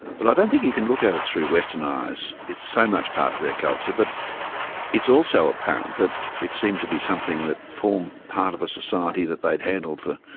but i don't think you can look at it through western eyes it's so much part of their culture, but it's also apparent that it seemed to be something that formed part of a society that they'd handled for.